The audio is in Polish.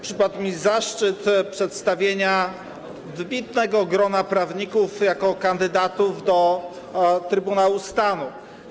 Przypadł mi zaszczyt przedstawienia wybitnego grona prawników - kandydatów do Trybunału Stanu.